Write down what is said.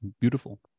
beautiful